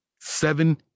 Seven